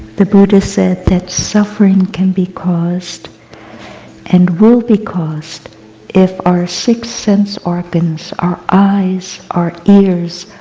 the buddha said that suffering can be caused and will be caused if our six sense organs, our eyes, our ears,